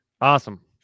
Awesome